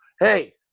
Hey